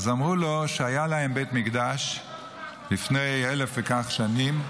אז אמרו לו שהיה להם בית מקדש לפני אלף וכך שנים,